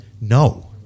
No